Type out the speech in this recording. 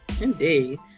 indeed